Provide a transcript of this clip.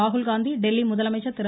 ராகுல்காந்தி தில்லி முதலமைச்சர் திரு